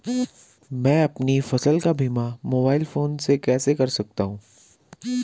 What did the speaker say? मैं अपनी फसल का बीमा मोबाइल फोन से कैसे कर सकता हूँ?